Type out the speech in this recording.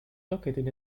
located